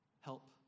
Help